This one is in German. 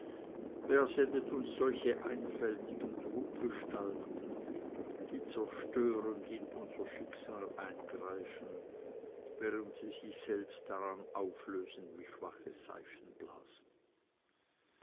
wer sendet uns solche einfältige truggestalten die zerstörend in unser schicksal eingreifen während sie sich selbst daran auflösen wie schwache seifenblasen